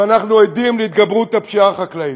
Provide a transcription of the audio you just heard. ואנחנו עדים להתגברות הפשיעה החקלאית,